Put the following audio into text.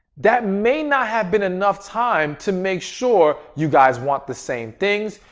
that may not have been enough time to make sure you guys want the same things,